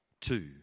two